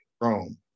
Rome